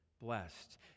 blessed